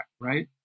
right